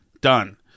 Done